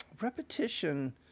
repetition